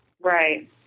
Right